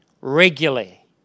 Regularly